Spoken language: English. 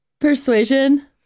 Persuasion